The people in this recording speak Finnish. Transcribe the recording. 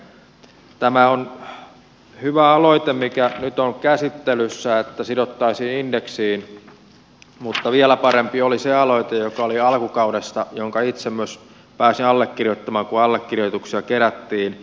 tämä on hyvä aloite mikä nyt on käsittelyssä että sidottaisiin indeksiin mutta vielä parempi oli se aloite joka oli alkukaudesta jonka myös itse pääsin allekirjoittamaan kun allekirjoituksia kerättiin